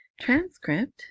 transcript